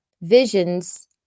visions